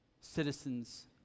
citizens